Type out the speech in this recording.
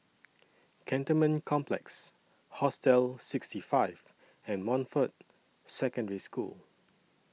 Cantonment Complex Hostel sixty five and Montfort Secondary School